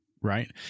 right